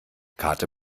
karte